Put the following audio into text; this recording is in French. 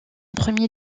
premier